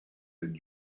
and